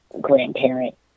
grandparent